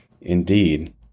Indeed